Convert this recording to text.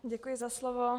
Děkuji za slovo.